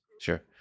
Sure